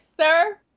sir